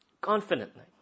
Confidently